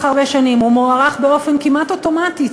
הרבה שנים ומוארך באופן כמעט אוטומטי,